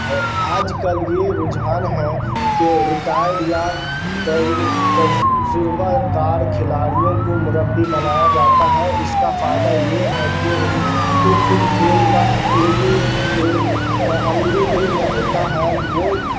آج کل یہ رجحان ہیں کہ ریٹائرڈ یا تجربہ کارکھلاڑیوں کو مربی بنایا جاتا ہے اس کا فائدہ یہ ہے کہ ان کو خود کھیل کا علمی عملی علم ہوتا ہے وہ